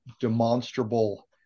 demonstrable